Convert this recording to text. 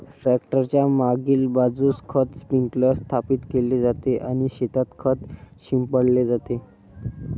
tractor च्या मागील बाजूस खत स्प्रिंकलर स्थापित केले जाते आणि शेतात खत शिंपडले जाते